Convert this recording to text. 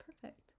perfect